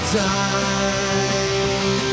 time